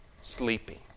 sleeping